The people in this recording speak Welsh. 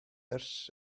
ers